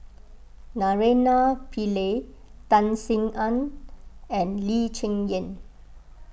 Naraina Pillai Tan Sin Aun and Lee Cheng Yan